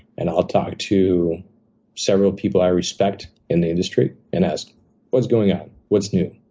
and i'll talk to several people i respect in the industry, and ask what's going on? what's new?